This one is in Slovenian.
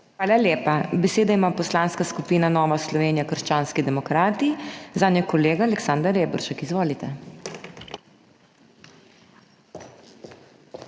Hvala lepa. Besedo ima Poslanska skupina Nova Slovenija-Krščanski demokrati, zanjo kolega Aleksander Reberšek. Izvolite.